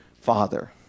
father